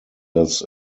lives